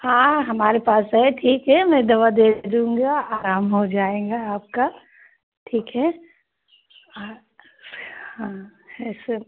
हाँ हमारे पास है ठीक है मैं दवा दे दूँगा आराम हो जाएगा आपका ठीक है हाँ हाँ ऐसे